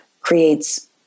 creates